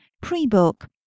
Pre-Book